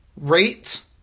Rate